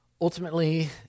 Ultimately